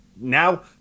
now